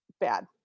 bad